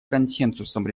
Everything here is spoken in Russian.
консенсусом